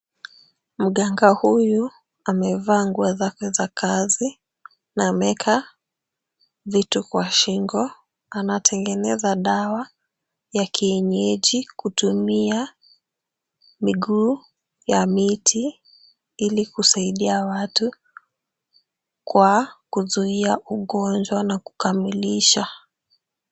Mganga huyu amevaa nguo zake za kazi, na ameeka vitu kwa shingo Anatengeneza dawa ya kienyeji kutumia miguu ya miti ili kusaidia watu kwa kuzuia ugonjwa na kukamilisha.